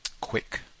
quick